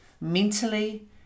mentally